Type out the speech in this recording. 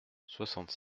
soixante